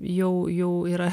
jau jau yra